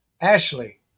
ashley